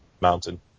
mountain